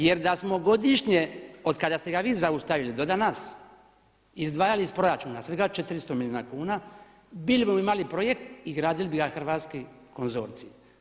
Jer da smo godišnje od kada ste ga vi zaustavili do danas izdvajali iz proračuna svega 400 milijuna kuna bili bimo imali projekt i gradili bi ga hrvatski konzorciji.